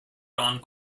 round